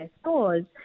stores